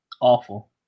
Awful